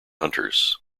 hunters